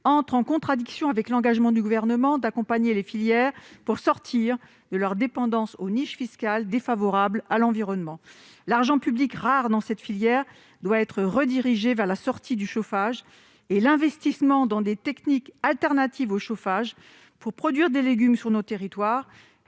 entre en contradiction avec l'engagement du Gouvernement d'accompagner les filières pour les aider à sortir de leur dépendance aux niches fiscales défavorables à l'environnement. L'argent public, rare dans cette filière, doit être redirigé vers la sortie du chauffage et l'investissement dans des techniques de substitution au chauffage pour produire des légumes sur nos territoires-